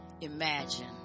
Imagine